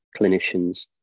clinicians